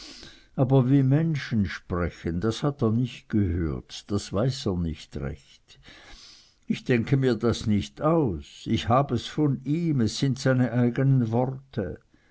aber wie menschen sprechen das hat er nicht gehört das weiß er nicht recht ich denke mir das nicht aus ich hab es von ihm es sind seine eigenen worte